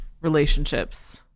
relationships